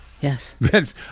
Yes